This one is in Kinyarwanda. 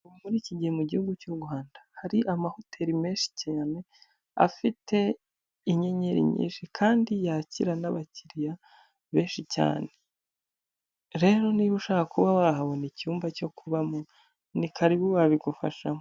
Muri iki gihe mu gihugu cy'u Rwanda, hari amahoteli menshi cyane afite inyenyeri nyinshi, kandi yakira n'abakiriya benshi cyane, rero niba ushaka kuba wahabona icyumba cyo kubamo ni karibu babigufashamo.